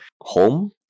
home